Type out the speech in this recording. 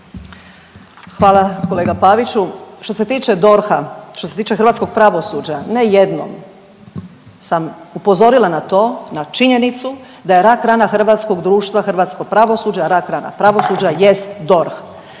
Hvala kolega Paviću. Što se tiče DORH-a, što se tiče hrvatskog pravosuđa ne jednom sam upozorila na to, na činjenicu da je rak rana hrvatskog društva hrvatsko pravosuđe, a rak rana pravosuđa jest DORH.